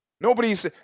Nobody's